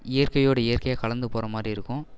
இயற்கையோடு இயற்கையாக கலந்து போகிற மாதிரி இருக்கும்